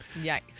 Yikes